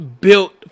built